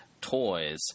toys